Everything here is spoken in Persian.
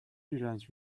رنج